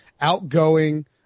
outgoing